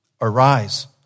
Arise